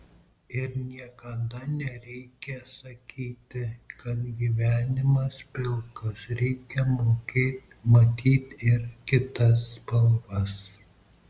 ir niekada nereikia sakyti kad gyvenimas pilkas reikia mokėt matyt ir kitas spalvas